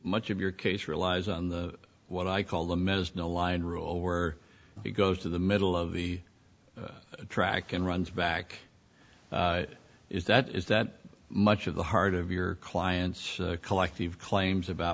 much of your case relies on the what i call them as no line rule where he goes to the middle of the track and runs back is that is that much of the heart of your client's collective claims about